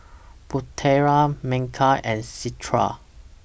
Putera Megat and Citra